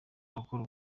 abakora